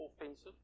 offensive